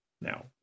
Now